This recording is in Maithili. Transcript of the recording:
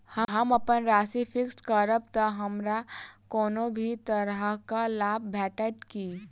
हम अप्पन राशि फिक्स्ड करब तऽ हमरा कोनो भी तरहक लाभ भेटत की?